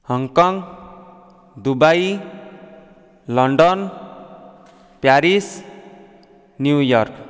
Hong Kong Dubai London Paris New York